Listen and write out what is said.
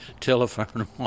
telephone